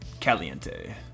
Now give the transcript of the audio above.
caliente